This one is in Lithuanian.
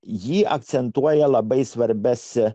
ji akcentuoja labai svarbias